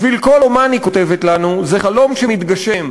בשביל כל אמן, היא כותבת לנו, זה חלום שמתגשם,